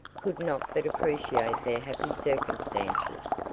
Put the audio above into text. could not but appreciate their happy circumstances.